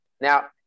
Now